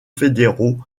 fédéraux